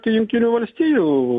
jungtinių valstijų